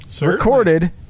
Recorded